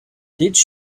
did